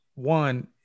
One